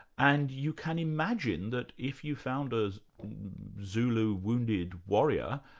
and you can imagine that if you found a zulu wounded warrior,